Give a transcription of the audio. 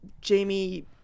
Jamie